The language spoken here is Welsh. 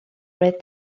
roedd